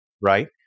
Right